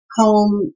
home